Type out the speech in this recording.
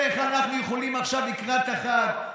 איך אנחנו יכולים עכשיו, לקראת החג?